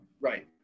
right